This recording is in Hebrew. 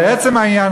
אבל לעצם העניין,